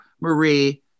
Marie